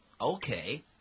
Okay